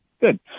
Good